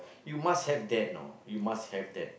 you must have that you know you must have that